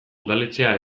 udaletxea